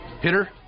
hitter